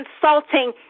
consulting